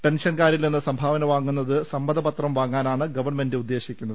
പെൻഷൻകാരിൽ നിന്ന് സംഭാവന വാങ്ങുന്നതിന് സമ്മതപത്രം വാങ്ങാനാണ് ഗവൺമെന്റ് ഉദ്ദേശിക്കുന്നത്